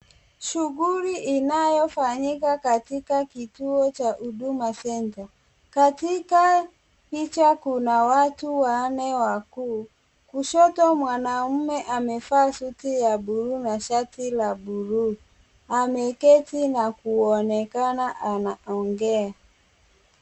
Shughuli inayofanyika katika kituo cha Huduma Centre. Katika picha, kuna watu wanne wakuu. Kushoto mwanaume amevaa suti ya bluu na shati ya bluu. Ameketi na kuonekana anaongea.